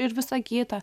ir visa kita